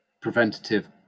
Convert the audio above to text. preventative